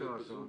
אתם בזום?